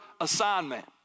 assignment